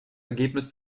ergebnis